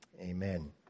Amen